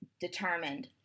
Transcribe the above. determined